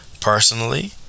Personally